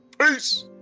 Peace